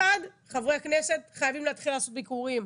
אחד, חברי הכנסת חייבים להתחיל לעשות ביקורים.